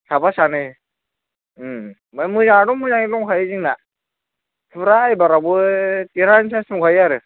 साफा सानै आमफाय मोजाङाथ' मोजाङैनो दंखायो जोंना फुरा एबारावबो देरहानायनि सान्स दंखायो आरो